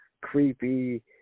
creepy